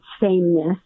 sameness